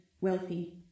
wealthy